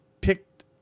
picked